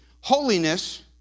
Holiness